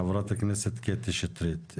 חברת הכנסת קטי שטרית,